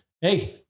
Hey